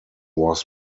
was